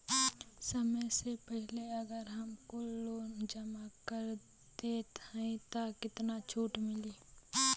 समय से पहिले अगर हम कुल लोन जमा कर देत हई तब कितना छूट मिली?